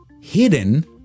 hidden